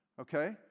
Okay